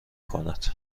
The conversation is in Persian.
کند